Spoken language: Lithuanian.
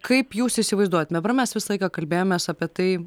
kaip jūs įsivaizduojat dabar mes visą laiką kalbėjomės apie tai